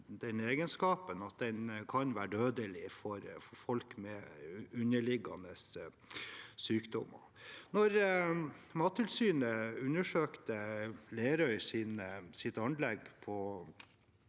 at den kan være dødelig for folk med underliggende sykdom. Da Mattilsynet undersøkte Lerøys anlegg på